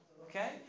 Okay